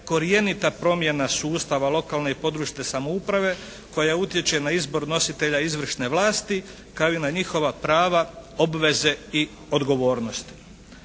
korjenita promjena sustava lokalne i područne samouprave koja utječe na izbor nositelja izvršne vlasti kao i na njihova prava, obveze i odgovornost.